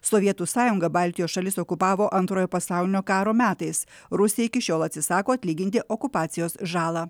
sovietų sąjunga baltijos šalis okupavo antrojo pasaulinio karo metais rusija iki šiol atsisako atlyginti okupacijos žalą